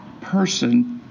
person